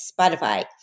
Spotify